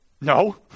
No